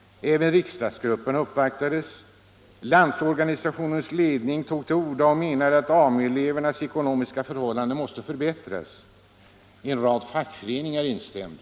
Även riksdagsgrupperna uppvaktades. Landsorganisationens ledning tog till orda och menade att AMU-elevernas ekonomiska förhållanden måste förbättras. En rad fack föreningar instämde.